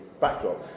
backdrop